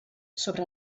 sobre